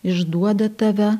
išduoda tave